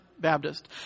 Baptist